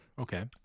Okay